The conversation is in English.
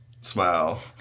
smile